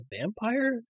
vampire